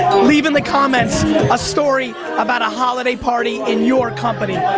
leave in the comments a story about a holiday party in your company.